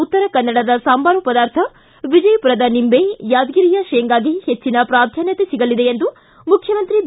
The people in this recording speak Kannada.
ಉತ್ತರ ಕನ್ನಡದ ಸಾಂಬಾರು ಪದಾರ್ಥ ವಿಜಯಪುರದ ನಿಂಬೆ ಯಾದಗಿರಿಯ ಶೇಂಗಾಗೆ ಹೆಚ್ಚಿನ ಪ್ರಾಧ್ಯಾನತೆ ಸಿಗಲಿದೆ ಎಂದು ಮುಖ್ಯಮಂತ್ರಿ ಬಿ